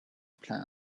plants